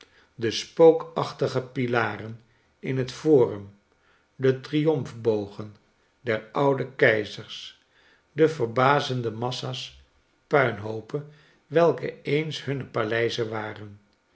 de spookachtige pilaren in het forum de triomfbogen der oude keizers die verbazendemassa'spuinhoopen welke eens bunne paleizen waren